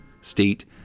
state